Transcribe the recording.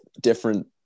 different